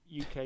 uk